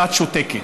ואת שותקת.